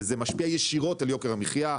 וזה משפיע ישירות על יוקר המחיה,